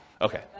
Okay